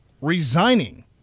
Resigning